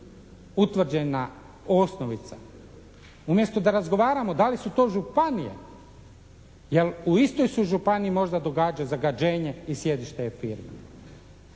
utvrđena osnovica, umjesto da razgovaramo da li su to županije jer u istoj se županiji možda događa zagađenje i sjedište je firme.